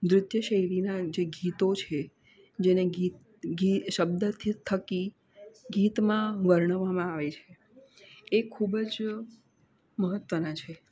નૃત્ય શૈલીના જે ગીતો છે જેને ગીત ગીત શબ્દથી થકી ગીતમાં વર્ણવામાં આવે છે એ ખૂબ જ મહત્વનાં છે